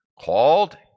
called